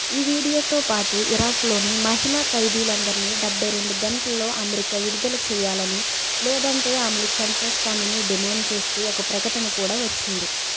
ఈ వీడియోతో పాటు ఇరాక్లోని మహిళా ఖైదీలందర్ని డెబ్బై గంటల్లో అమెరికా విడుదల చేయాలని లేదంటే ఆమెను చంపేస్తామని డిమాండ్ చేస్తూ ఒక ప్రకటన కూడా వచ్చింది